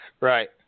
Right